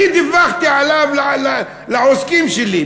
אני דיווחתי עליו לעוסקים שלי.